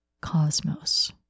cosmos